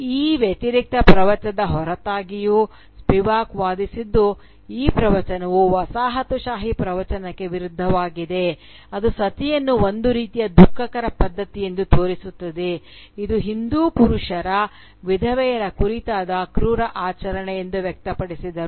ಈ ವ್ಯತಿರಿಕ್ತ ಪ್ರವಚನದ ಹೊರತಾಗಿಯೂ ಸ್ಪಿವಾಕ್ ವಾದಿಸಿದ್ದು ಈ ಪ್ರವಚನವು ವಸಾಹತುಶಾಹಿ ಪ್ರವಚನಕ್ಕೆ ವಿರುದ್ಧವಾಗಿದೆ ಅದು ಸತಿಯನ್ನು ಒಂದು ರೀತಿಯ ದುಃಖಕರ ಪದ್ಧತಿ ಎಂದು ತೋರಿಸುತ್ತದೆ ಇದು ಹಿಂದೂ ಪುರುಷರ ವಿಧವೆಯರ ಕುರಿತಾದ ಕ್ರೂರ ಆಚರಣೆ ಎಂದು ವ್ಯಕ್ತಪಡಿಸಿದರು